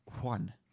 one